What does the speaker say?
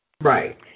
Right